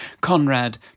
Conrad